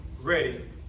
ready